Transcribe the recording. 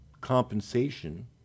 compensation